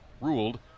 ruled